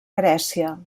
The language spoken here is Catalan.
grècia